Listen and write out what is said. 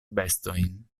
bestojn